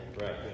Right